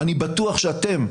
אני בטוח שאתם,